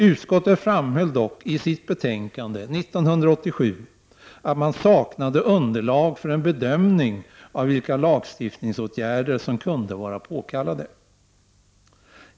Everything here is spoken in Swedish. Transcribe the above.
Utskottet framhöll dock i sitt betänkande 1987 att man saknade underlag för en bedömning av vilka lagstiftningsåtgärder som kunde vara påkallade.